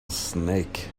snake